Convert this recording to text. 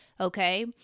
okay